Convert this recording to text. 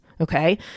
okay